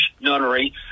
Nunnery